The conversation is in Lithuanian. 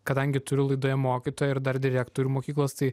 kadangi turiu laidoje mokytoją ir dar direktorių mokyklos tai